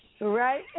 Right